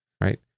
right